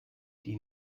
die